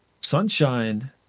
Sunshine